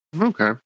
Okay